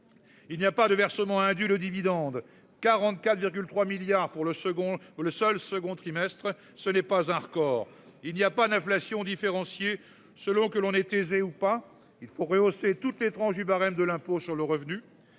Il n'y a pas de versements indus. Le dividende 44,3 milliards pour le second ou le seul second trimestre, ce n'est pas un record, il n'y a pas d'inflation différenciée selon que l'on est aisé ou pas il faut rehausser toutes les tranches du barème de l'impôt sur le revenu